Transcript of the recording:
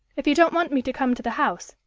if you don't want me to come to the house,